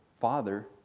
father